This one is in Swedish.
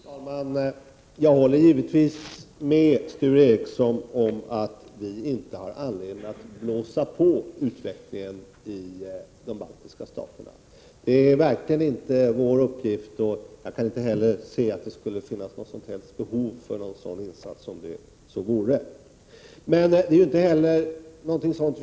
Fru talman! Jag håller givetvis med Sture Ericson om att vi inte har någon anledning att ”blåsa på” utvecklingen i de baltiska staterna. Det är verkligen inte vår uppgift, och jag kan heller inte se att det finns något som helst behov av en sådan insats. Det är ju därför som vi inte föreslagit någonting sådant.